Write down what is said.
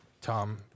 Tom